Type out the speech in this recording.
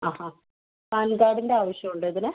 ആഹാ പാൻകാർഡിൻ്റെ ആവശ്യമുണ്ടോ ഇതിന്